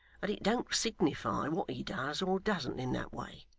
that it don't signify what he does or doesn't in that way.